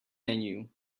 menu